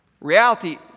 Reality